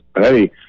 hey